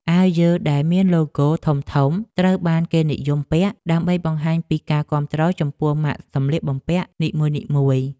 អាវយឺតដែលមានឡូហ្គោធំៗត្រូវបានគេនិយមពាក់ ដើម្បីបង្ហាញពីការគាំទ្រចំពោះម៉ាកសម្លៀកបំពាក់នីមួយៗ។